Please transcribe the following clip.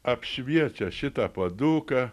apšviečia šitą puoduką